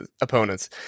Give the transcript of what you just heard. opponents